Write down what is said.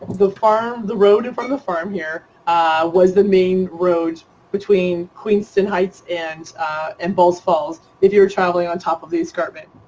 the farm, the road and from the farm here was the main road between queenston heights and and ball's falls if you were traveling on top of the escarpment.